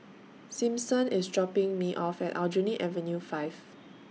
Simpson IS dropping Me off At Aljunied Avenue five